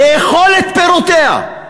לאכול את פירותיה.